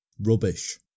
Rubbish